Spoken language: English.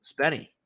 Spenny